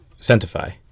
Centify